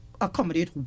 accommodate